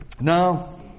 Now